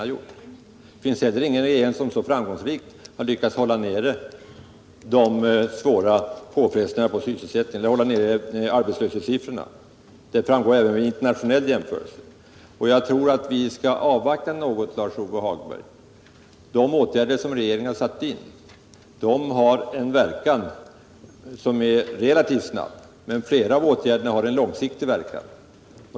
Det finns inte heller någon regering som så framgångsrikt har lyckats hålla nere arbetslöshetssiffrorna, vilket även framgår av en internationell jämförelse. Vi bör nog också, Lars-Ove Hagberg, avvakta litet grand. Många åtgärder som regeringen vidtagit har en relativt snabb verkan, men flera åtgärder har en långsiktig verkan.